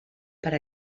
per